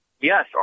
Yes